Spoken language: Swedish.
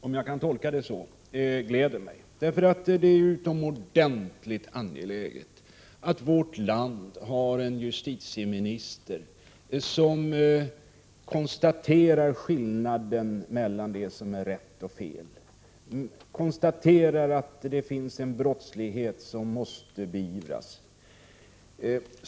Om jag kan tolka svaret så är det glädjande. Det är utomordentligt angeläget att vårt land har en justitieminister som konstaterar skillnaden mellan rätt och fel, som konstaterar att det finns en brottslighet som måste beivras.